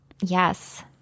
Yes